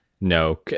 No